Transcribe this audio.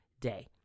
day